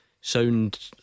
sound